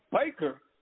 Baker